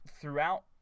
throughout